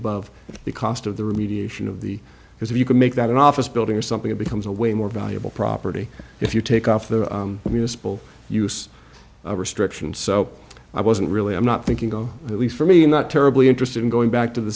above the cost of the remediation of the because if you can make that an office building or something it becomes a way more valuable property if you take off the municipal use restriction so i wasn't really i'm not thinking oh at least for me not terribly interested in going back to the